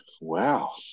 Wow